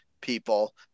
people